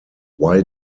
why